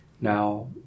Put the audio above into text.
Now